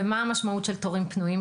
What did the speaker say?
ומה המשמעות של תורים פנויים,